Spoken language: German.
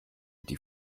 die